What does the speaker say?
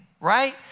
right